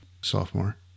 sophomore